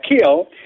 kill